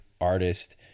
artist